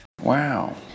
Wow